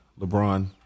LeBron